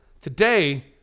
today